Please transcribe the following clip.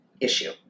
issue